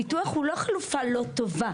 הביטוח הוא לא חלופה לא טובה,